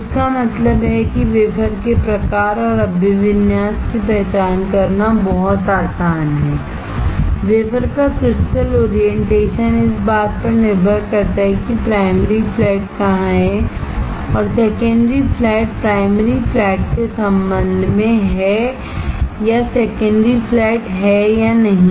तो इसका मतलब है कि वेफर के प्रकार और अभिविन्यास की पहचान करना बहुत आसान है वेफरका क्रिस्टल ओरिएंटेशन इस बात पर निर्भर करता है कि प्राइमरी फ्लैट कहां है और secondary flat primary flat primary flat के संबंध में है या सेकेंडरी फ्लैट है या नहीं